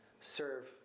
serve